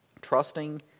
Trusting